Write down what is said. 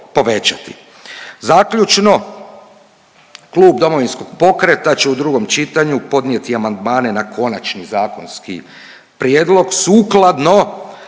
Zaključno klub Domovinskog pokreta će u drugom čitanju podnijeti amandmane na konačni zakonski prijedlog sukladno